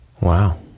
Wow